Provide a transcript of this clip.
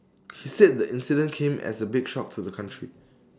he said the incident came as A big shock to the country